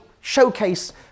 showcase